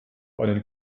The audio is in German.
einen